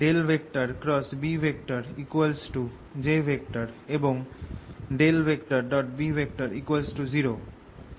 Bj এবং B0